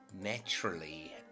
naturally